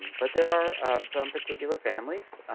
but there are some particular families